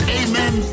amen